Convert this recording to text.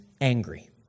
angry